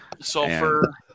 Sulfur